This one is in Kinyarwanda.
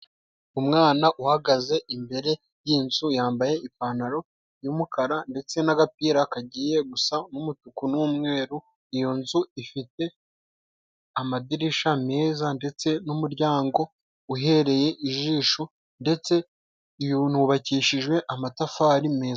Umwana uhagaze imbere y'inzu yambaye ipantaro y'umukara ndetse n'agapira kagiye gusa n'umutuku n'umweru, iyo nzu ifite amadirishya meza ndetse n'umuryango uhereye ijisho ndetse unubakishijwe amatafari meza.